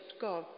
God